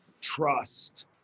trust